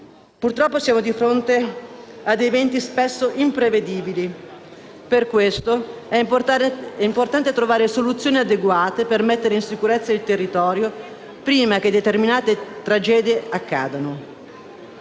Purtroppo siamo di fronte a eventi spesso imprevedibili e, per questo, è importante trovare soluzioni adeguate per mettere in sicurezza il territorio prima che determinate tragedie accadano.